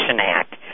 Act